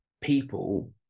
people